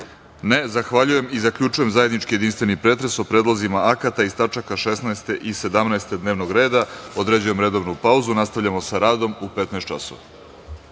(Ne.)Zahvaljujem. Zaključujem zajednički jedinstveni pretres o predlozima akata iz tačaka 16. i 17. dnevnog reda. Određujem redovnu pauzu. Nastavljamo sa radom u 15.00